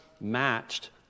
matched